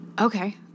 Okay